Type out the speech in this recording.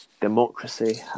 democracy